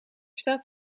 staat